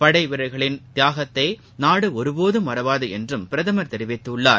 படைவீரர்களின் தியாகத்தை நாடு ஒருபோதும் மறவாது என்றும் பிரதமர் தெரிவித்துள்ளார்